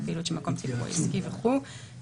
פעילות של מקום ציבורי או עסקי והוראות נוספות),